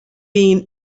been